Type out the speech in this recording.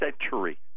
century